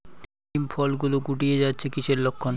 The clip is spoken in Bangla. শিম ফল গুলো গুটিয়ে যাচ্ছে কিসের লক্ষন?